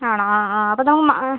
ആണോ ആ ആ അപ്പോൾ നമ്മൾ